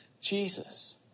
Jesus